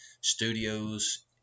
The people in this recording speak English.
Studios